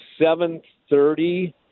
7.30